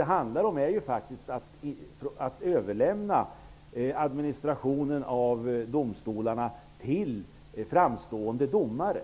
Det handlar ju faktiskt om att överlämna administrationen av domstolarna till framstående domare.